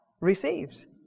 receives